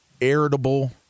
irritable